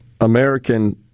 American